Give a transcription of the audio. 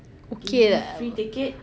okay lah uh